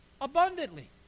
Abundantly